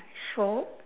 show